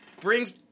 brings